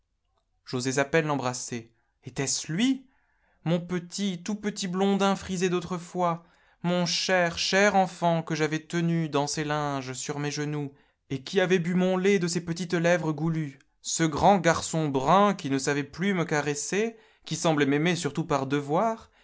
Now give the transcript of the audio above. j'osais à peine l'embrasser etait-ce lui mon petit tout petit blondin frisé d'autrefois mon cher cher enfant que j'avais tenu dans ses linges sur mes genoux et qui avait bu mon lait de ses j etites lèvres goulues ce grand garçon brun qui ne savait plus me caresser qui semblait m'aimer surtout par devoir